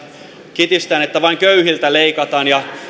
kitistään että vain köyhiltä leikataan ja